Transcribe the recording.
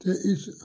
ਅਤੇ ਇਸ